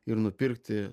ir nupirkti